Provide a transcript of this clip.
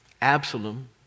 Absalom